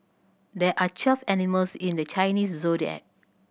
there are twelve animals in the Chinese Zodiac